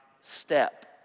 step